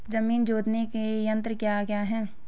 जमीन जोतने के यंत्र क्या क्या हैं?